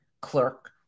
clerk